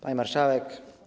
Pani Marszałek!